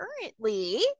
currently